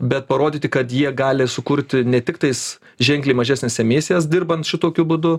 bet parodyti kad jie gali sukurti ne tiktais ženkliai mažesnes emisijas dirbant šitokiu būdu